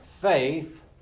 faith